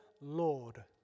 Lord